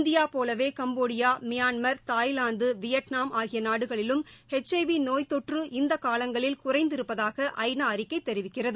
India போலவே Cambodia Myanmar Thailand Vietnam ஆகிய நாடுகளிலும் எச்ஐவி நோய் தொற்று இந்த காலங்களில் குறைந்திருப்பதாக ஐநா அறிக்கை தெரிவிக்கிறது